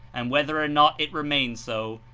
and whether or not it remain so,